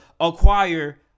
acquire